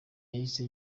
yahise